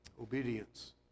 Obedience